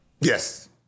Yes